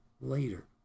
later